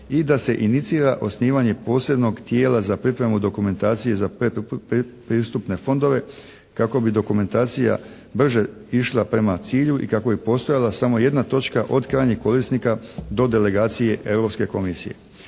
i da se inicira osnivanje posebnog tijela za pripremu dokumentacije za pretpristupne fondove kako bi dokumentacija brže išla prema cilju i kako bi postojala samo jedna točka od krajnjeg korisnika do delegacije Europske komisije.